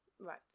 Right